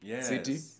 City